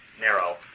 narrow